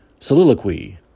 soliloquy